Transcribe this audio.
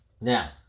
Now